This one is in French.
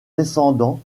descendants